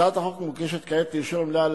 הצעת החוק מוגשת כעת לאישור המליאה,